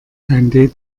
kein